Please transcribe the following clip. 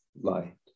light